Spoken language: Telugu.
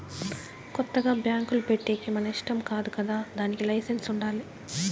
కొత్తగా బ్యాంకులు పెట్టేకి మన ఇష్టం కాదు కదా దానికి లైసెన్స్ ఉండాలి